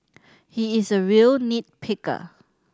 he is a real nit picker